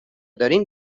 دارین